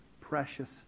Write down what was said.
precious